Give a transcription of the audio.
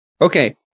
okay